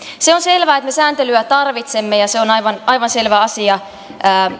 on selvää että me sääntelyä tarvitsemme ja se on aivan aivan selvä asia